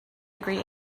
degree